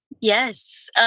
Yes